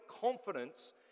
confidence